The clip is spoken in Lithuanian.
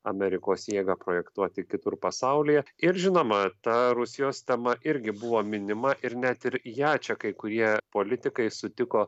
amerikos jėgą projektuoti kitur pasaulyje ir žinoma ta rusijos tema irgi buvo minima ir net ir ją čia kai kurie politikai sutiko